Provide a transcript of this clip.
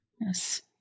yes